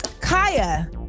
Kaya